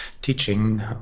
teaching